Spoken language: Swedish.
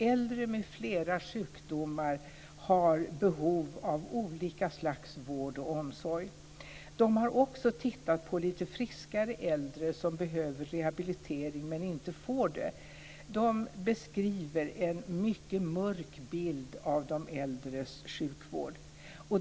Äldre med flera sjukdomar har behov av olika slags vård och omsorg. Man har också tittat på lite friskare äldre som behöver rehabilitering men inte får det. Man ger en mycket mörk bild av de äldres sjukvård.